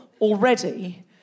already